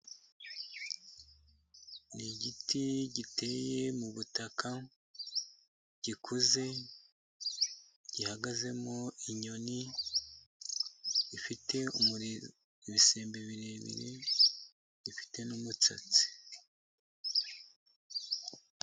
Ni igiti giteye mu butaka gikuze, gihagazemo inyoni ifite ibisembe birebire ifite n'umusatsi.